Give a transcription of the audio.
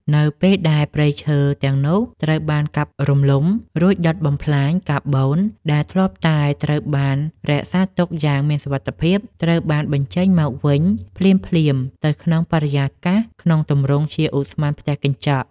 នៅពេលដែលព្រៃឈើទាំងនោះត្រូវបានកាប់រំលំ រួចដុតបំផ្លាញ កាបូនដែលធ្លាប់តែត្រូវបានរក្សាទុកយ៉ាងមានសុវត្ថិភាព ត្រូវបានបញ្ចេញមកវិញភ្លាមៗទៅក្នុងបរិយាកាសក្នុងទម្រង់ជាឧស្ម័នផ្ទះកញ្ចក់។